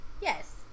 Yes